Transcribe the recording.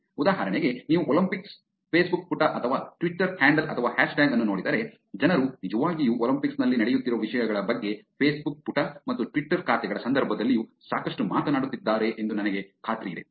ಉದಾಹರಣೆಗೆ ನೀವು Olympics Facebook ಪುಟ ಅಥವಾ ಟ್ವಿಟರ್ ಹ್ಯಾಂಡಲ್ ಅಥವಾ ಹ್ಯಾಶ್ಟ್ಯಾಗ್ ಅನ್ನು ನೋಡಿದರೆ ಜನರು ನಿಜವಾಗಿಯೂ ಒಲಿಂಪಿಕ್ಸ್ ನಲ್ಲಿ ನಡೆಯುತ್ತಿರುವ ವಿಷಯಗಳ ಬಗ್ಗೆ ಫೇಸ್ಬುಕ್ ಪುಟ ಮತ್ತು ಟ್ವಿಟರ್ ಖಾತೆಗಳ ಸಂದರ್ಭದಲ್ಲಿಯೂ ಸಾಕಷ್ಟು ಮಾತನಾಡುತ್ತಿದ್ದಾರೆ ಎಂದು ನನಗೆ ಖಾತ್ರಿಯಿದೆ